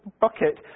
bucket